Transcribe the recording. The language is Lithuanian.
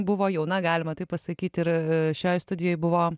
buvo jauna galima taip pasakyti ir šioj studijoj buvo